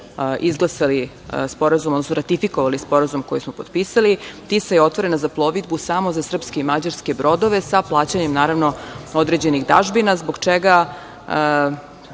izglasali sporazum, odnosno ratifikovali sporazum koji smo potpisali, Tisa je otvorena za plovidbu samo za srpske i mađarske brodove, samo sa plaćanjem, naravno, određenih dažbina, zbog čega